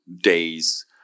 days